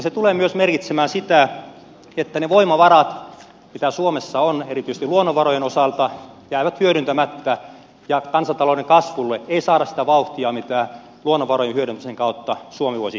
se tulee myös merkitsemään sitä että ne voimavarat mitä suomessa on erityisesti luonnonvarojen osalta jäävät hyödyntämättä ja kansantalouden kasvulle ei saada sitä vauhtia mitä luonnonvarojen hyödyntämisen kautta suomi voisi saada